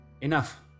Enough